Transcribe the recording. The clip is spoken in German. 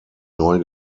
neu